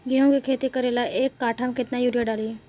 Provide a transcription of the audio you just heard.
गेहूं के खेती करे ला एक काठा में केतना युरीयाँ डाली?